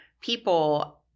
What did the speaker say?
people